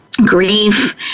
grief